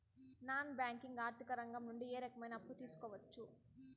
Non banking ఆర్థిక రంగం నుండి ఏ రకమైన అప్పు తీసుకోవచ్చు?